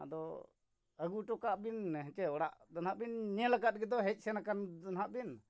ᱟᱫᱚ ᱟᱹᱜᱩ ᱦᱚᱴᱚ ᱠᱟᱜ ᱵᱤᱱ ᱦᱮᱸᱥᱮ ᱚᱲᱟᱜ ᱫᱚ ᱱᱟᱜ ᱵᱤᱱ ᱧᱮᱞ ᱟᱠᱟᱫ ᱜᱮᱫᱚ ᱦᱮᱡ ᱥᱮᱱ ᱟᱠᱟᱱ ᱫᱚ ᱱᱟᱜ ᱵᱤᱱ